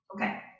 Okay